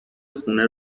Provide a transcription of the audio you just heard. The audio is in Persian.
خونه